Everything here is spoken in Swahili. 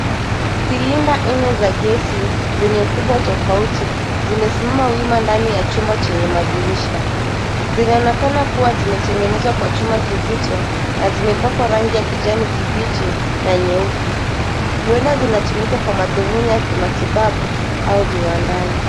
Silinda nne za gesi zenye ukubwa tofauti zimesimama wima ndani ya chumba chenye madirisha, vinaonekana kuwa zimetengenezwa kwa chuma kizito na zimepakwa rangi ya kijani kibichi na nyeupe huenda zinatumika kwa madhumuni ya kimatibabu au viwandani.